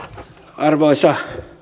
arvoisa